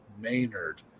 Maynard